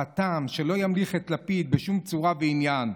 חתם שלא ימליך את לפיד בשום צורה ועניין,